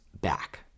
Back